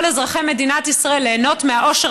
לכל אזרחי מדינת ישראל ליהנות מהעושר